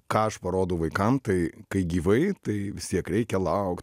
ką aš parodau vaikam tai kai gyvai tai vis tiek reikia laukt